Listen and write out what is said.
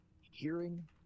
hearing